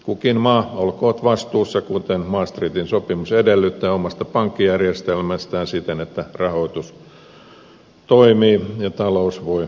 kukin maa olkoon vastuussa kuten maastrichtin sopimus edellyttää omasta pankkijärjestelmästään siten että rahoitus toimii ja talous voi menestyä